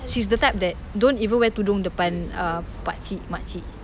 she's the type that don't even wear tudung depan uh pakcik makcik